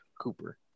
Cooper